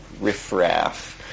riffraff